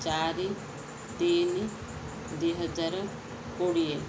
ଚାରି ତିନି ଦୁଇହଜାର କୋଡ଼ିଏ